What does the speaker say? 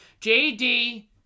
jd